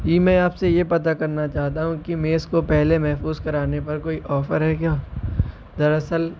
جی میں آپ سے یہ پتا کرنا چاہتا ہوں کہ میز کو پہلے محفوظ کرانے پر کوئی آفر ہے کیا دراصل